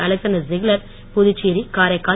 Alexander Ziegler Puducherry Karaikal